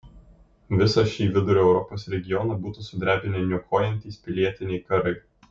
visą šį vidurio europos regioną būtų sudrebinę niokojantys pilietiniai karai